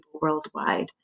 worldwide